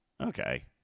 Okay